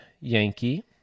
Yankee